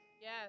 Yes